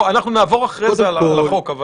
אנחנו נעבור אחרי זה על החוק.